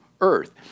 earth